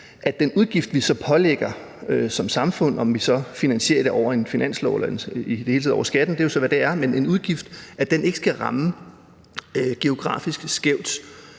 at den udgift, vi så pålægger som samfund – om vi så finansierer det over en finanslov eller i det hele taget over skatten, det er jo så, hvad det er – ikke skal ramme geografisk skævt.